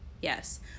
Yes